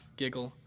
giggle